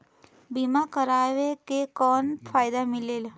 बीमा करवाय के कौन फाइदा मिलेल?